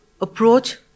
approach